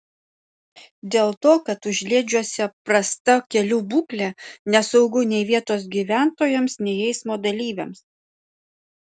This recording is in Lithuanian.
dėl to kad užliedžiuose prasta kelių būklė nesaugu nei vietos gyventojams nei eismo dalyviams